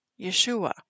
Yeshua